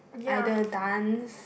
either dance